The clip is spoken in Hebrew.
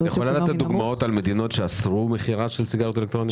את יכולה לתת דוגמאות על מדינות שאסרו מכירה של סיגריות אלקטרוניות?